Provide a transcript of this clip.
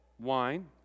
wine